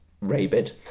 rabid